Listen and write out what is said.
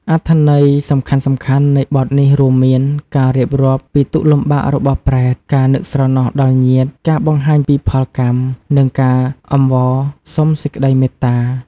អត្ថន័យសំខាន់ៗនៃបទនេះរួមមាន ការរៀបរាប់ពីទុក្ខលំបាករបស់ប្រេត ការនឹកស្រណោះដល់ញាតិ ការបង្ហាញពីផលកម្ម និងការអង្វរសុំសេចក្តីមេត្តា។